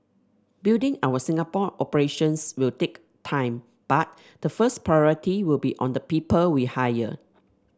building our Singapore operations will take time but the first priority will be on the people we hire